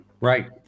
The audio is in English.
right